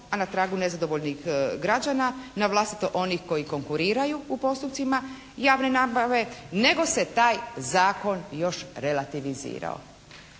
a na tragu nezadovoljnih građana, na vlastito onih koji konkuriraju u postupcima javne nabave, nego se taj zakon još relativizirao.